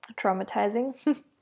traumatizing